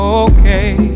okay